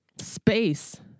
space